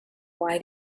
why